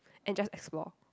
and just explore